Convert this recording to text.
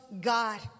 God